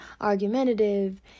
argumentative